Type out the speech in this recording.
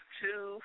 two